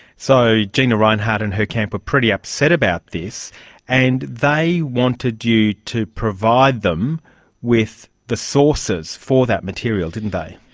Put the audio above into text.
so gina rinehart and her camp were pretty upset about this and they wanted you to provide them with the sources for that material, didn't they.